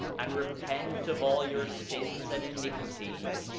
and repent of all your sins and iniquities,